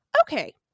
Okay